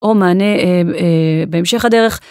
או מענה בהמשך הדרך.